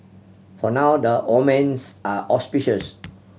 for now the omens are auspicious